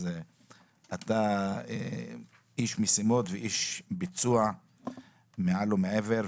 אתה איש משימות ואיש ביצוע מעל ומעבר,